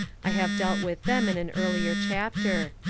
i have dealt with them in an earlier chapter.